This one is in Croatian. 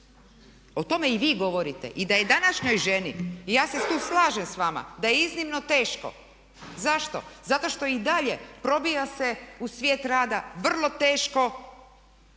O tome i vi govorite. I da je današnjoj ženi, i ja se tu slažem s vama, da je iznimno teško, zašto? Zato što je i dalje probija se u svijet rada vrlo teško,